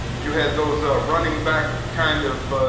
you had those, ah, running back kind of,